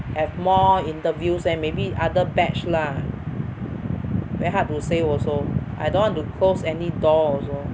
have more interviews leh maybe other batch lah very hard to say also I don't want to close any door also